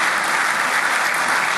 (מחיאות כפיים)